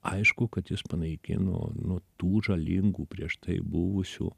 aišku kad jis panaikino nu tų žalingų prieš tai buvusių